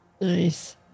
Nice